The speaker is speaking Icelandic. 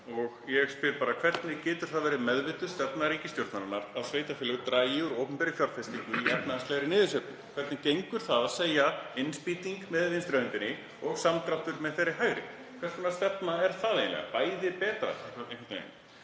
og ég spyr: Hvernig getur það verið meðvituð stefna ríkisstjórnarinnar að sveitarfélög dragi úr opinberri fjárfestingu í efnahagslegri niðursveiflu? Hvernig gengur að segja: Innspýting með vinstri hendinni og samdráttur með þeirri hægri? Hvers konar stefna er það eiginlega, bæði betra einhvern veginn?